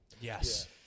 Yes